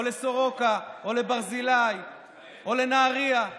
או לסורוקה או ברזילי או לנהריה?